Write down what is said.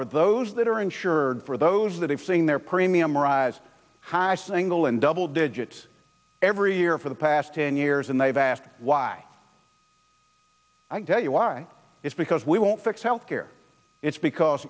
for those that are insured for those that have seen their premium rise high single and double digits every year for the past ten years and they've asked why i tell you why it's because we won't fix health care it's because